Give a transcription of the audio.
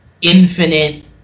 infinite